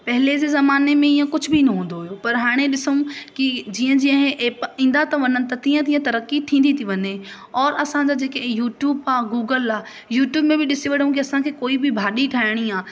पहिले जे ज़माने में ईअं कुझु बि न हूंदो हुओ पर हाणे ॾिसूं की जीअं जीअं इहे ऐप ईंदा त वञनि त तीअं तीअं तरक़ी थींदी थी वञे और असांजा जेके यूट्यूब आहे गूगल आहे यूट्यूब में बि ॾिसी वठूं की असांखे कोई बि भाॼी ठाहिणी आहे